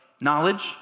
knowledge